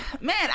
Man